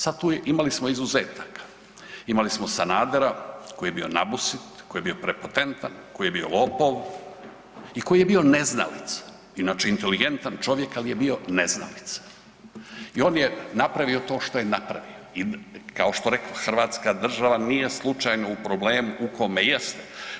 Sad tu, imali smo izuzetaka, imali smo Sanadera koji je bio nabusit, koji je bio prepotentan, koji je bio lopov i koji je bio neznalica, inače inteligentan čovjek, al je bio neznalica i on je napravio to što je napravio i kao što rekoh, hrvatska država nije slučajno u problemu u kome jeste.